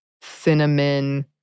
cinnamon